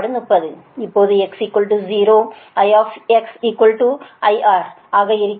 இப்போது x 0 I IR ஆக இருக்கிறது